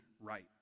right